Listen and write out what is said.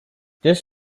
this